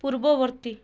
ପୂର୍ବବର୍ତ୍ତୀ